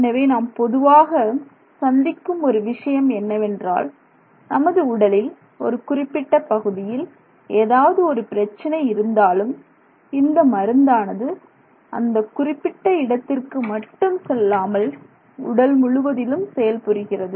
எனவே நாம் பொதுவாக நாம் சந்திக்கும் ஒரு விஷயம் என்னவென்றால் நமது உடலில் ஒரு குறிப்பிட்ட பகுதியில் ஏதாவது ஒரு பிரச்சினை இருந்தாலும் இந்த மருந்தானது அந்தக் குறிப்பிட்ட இடத்திற்கு மட்டும் செல்லாமல் உடல் முழுவதிலும் செயல்புரிகிறது